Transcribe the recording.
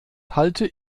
halte